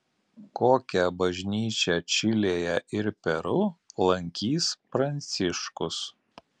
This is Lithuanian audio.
kokią bažnyčią čilėje ir peru lankys pranciškus